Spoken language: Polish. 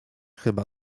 chyba